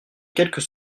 quelques